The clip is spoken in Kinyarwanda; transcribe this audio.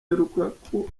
lukaku